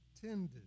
tended